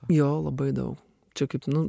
jo labai daug čia kaip nu